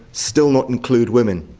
still not include women.